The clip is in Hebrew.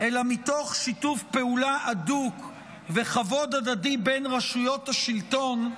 אלא מתוך שיתוף פעולה הדוק וכבוד הדדי בין רשויות השלטון,